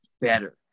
better